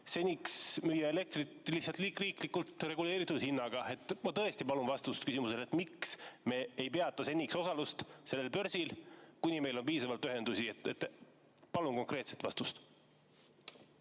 seni elektrit lihtsalt riiklikult reguleeritud hinnaga? Ma tõesti palun vastust küsimusele, miks me ei peata seniks osalust sellel börsil, kuni meil on piisavalt ühendusi. Palun konkreetset vastust!